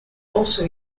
also